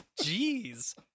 Jeez